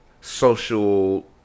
social